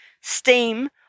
steam